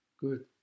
good